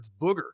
booger